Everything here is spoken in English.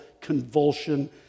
convulsion